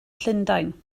llundain